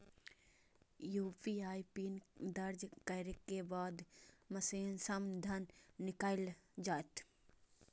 UPI पिन दर्ज करै के बाद मशीन सं धन निकैल जायत